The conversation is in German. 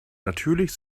natürlich